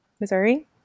Missouri